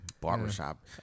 Barbershop